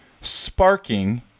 sparking